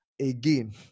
Again